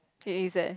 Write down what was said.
it is there